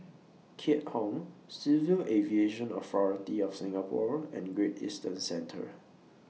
Keat Hong Civil Aviation Authority of Singapore and Great Eastern Centre